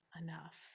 enough